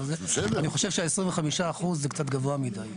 אני חושב ש-25% זה קצת גבוה מידי.